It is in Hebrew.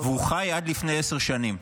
הוא חי עד לפני עשר שנים,